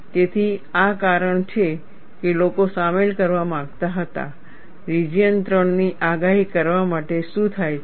તેથી આ કારણ છે કે લોકો સામેલ કરવા માંગતા હતા રિજિયન 3 ની આગાહી કરવા માટે શું થાય છે